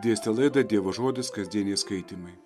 dėstė laida dievo žodis kasdieniai skaitymai